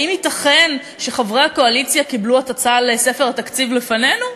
האם ייתכן שחברי הקואליציה קיבלו הצצה לספר התקציב לפנינו?